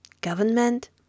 Government